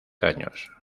años